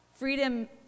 Freedom